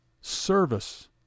service